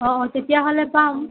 অ তেতিয়াহ'লে পাম